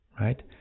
right